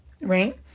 right